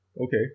Okay